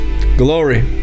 glory